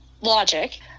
logic